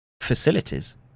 facilities